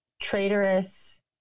traitorous